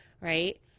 right